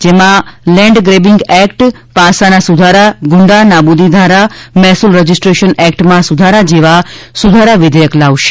જેમાં land grabbing act પાસાના સુધારા ગુંડા નાબૂદી ધારા મહેસૂલ રજિસ્ટ્રેશન એક્ટમાં સુધારા જેવા સુધારા વિધેયક લાવશે